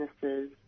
businesses